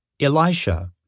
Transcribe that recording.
Elisha